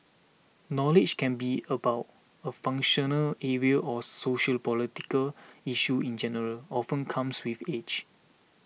knowledge can be about a functional area or sociopolitical issues in general often comes with age